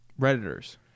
redditors